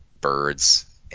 birds